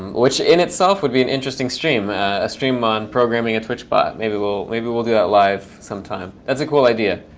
which in itself would be an interesting stream, a stream on programming a twitch bot. maybe we'll maybe we'll do that live sometime. that's a cool idea,